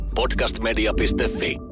podcastmedia.fi